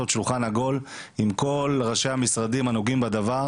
שולחן עגול עם כל ראשי המשרדים הנוגעים בדבר,